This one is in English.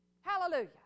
hallelujah